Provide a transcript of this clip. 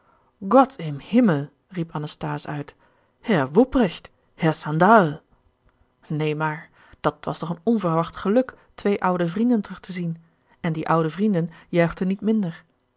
gott im himmel riep anasthase uit herr wuprecht herr sandal neen maar dat was toch een onverwacht geluk twee oude vrienden terug te zien en die oude vrienden juichten niet minder